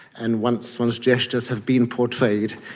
and once one's gestures have been portrayed,